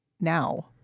now